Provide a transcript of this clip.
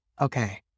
Okay